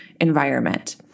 environment